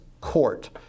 court